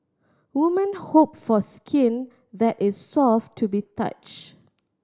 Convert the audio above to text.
woman hope for skin that is soft to the touch